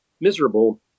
miserable